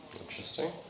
Interesting